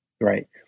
right